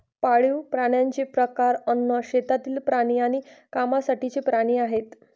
पाळीव प्राण्यांचे प्रकार अन्न, शेतातील प्राणी आणि कामासाठीचे प्राणी आहेत